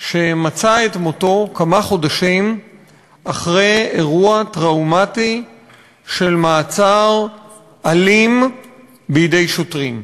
שמצא את מותו כמה חודשים אחרי אירוע טראומטי של מעצר אלים בידי שוטרים.